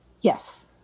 Yes